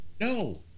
No